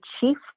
chief